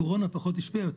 הקורונה פחות השפיעה.